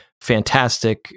fantastic